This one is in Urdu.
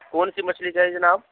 کون سی مچھلی چاہیے جناب